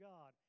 God